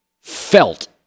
felt